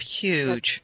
huge